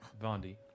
Vondi